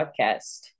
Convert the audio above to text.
podcast